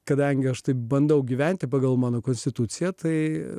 kadangi aš taip bandau gyventi pagal mano konstituciją tai